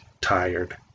tired